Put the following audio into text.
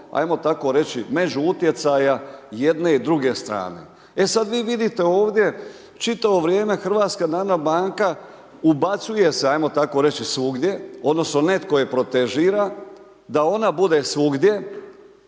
ajmo tako reći, među utjecaja, jedne i druge strane. E sad vi vidite ovdje, čitavo vrijeme HNB ubacuje se, ajmo tako reći, svugdje odnosno netko je protežira da ona bude svugdje,